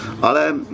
Ale